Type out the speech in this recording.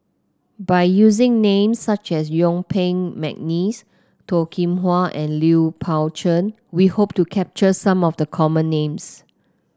by using names such as Yuen Peng McNeice Toh Kim Hwa and Lui Pao Chuen we hope to capture some of the common names